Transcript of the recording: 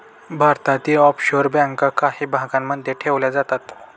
भारतातील ऑफशोअर बँका काही भागांमध्ये ठेवल्या जातात